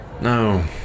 No